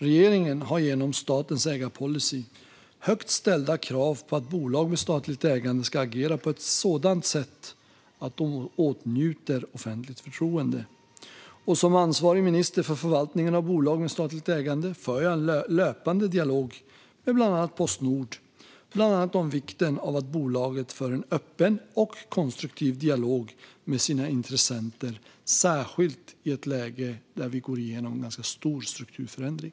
Regeringen har genom statens ägarpolicy högt ställda krav på att bolag med statligt ägande ska agera på ett sådant sätt att de åtnjuter offentligt förtroende. Som ansvarig minister för förvaltningen av bolag med statligt ägande för jag en löpande dialog med Postnord, bland annat om vikten av att bolaget för en öppen och konstruktiv dialog med sina intressenter, särskilt i ett läge där vi går igenom en ganska stor strukturförändring.